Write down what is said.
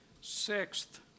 Sixth